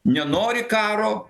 nenori karo